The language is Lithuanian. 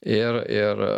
ir ir